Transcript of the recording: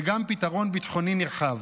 וגם פתרון ביטחוני רחב.